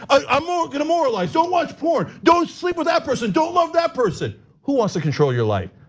ah i'm ah gonna moralize. don't watch porn. don't sleep with that person. don't love that person. who wants to control your life?